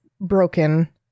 broken